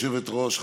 גברתי היושבת-ראש,